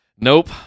nope